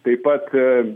taip pat